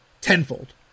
tenfold